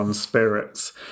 spirits